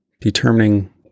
determining